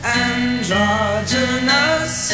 androgynous